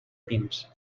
pins